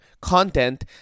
content